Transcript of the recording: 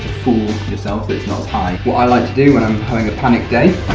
fool yourself it's not high. what i like to do when i'm having a panic day